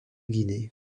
guinée